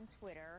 Twitter